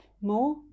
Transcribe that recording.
more